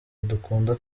dukunda